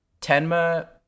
tenma